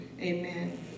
amen